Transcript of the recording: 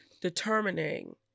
determining